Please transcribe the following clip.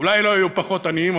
אולי לא יהיו פחות עניים,